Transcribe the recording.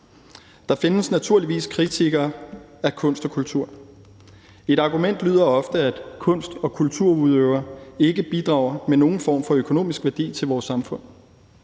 Der findes naturligvis kritikere af kunst og kultur. Et argument lyder ofte, at kunst- og kulturudøvere ikke bidrager med nogen form for økonomisk værdi til vores samfund.